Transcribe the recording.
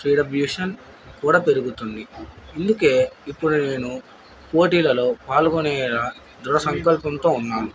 three డబ్ల్యుయేషన్ కూడా పెరుగుతుంది ఇందుకే ఇప్పుడు నేను పోటీలలో పాల్గొనేల దృఢ సంకల్పంతో ఉన్నాను